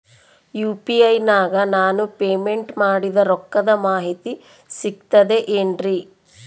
UPI ನಾಗ ನಾನು payment ಮಾಡಿದ ರೊಕ್ಕದ ಮಾಹಿತಿ ಸಿಕ್ತದೆ ಏನ್ರಿ?